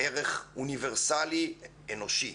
ערך אוניברסלי אנושי.